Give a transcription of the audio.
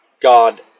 God